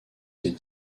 ses